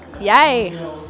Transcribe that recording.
Yay